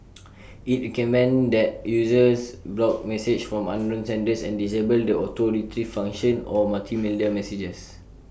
IT recommended that users block messages from unknown senders and disable the auto Retrieve function or multimedia messages